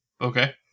Okay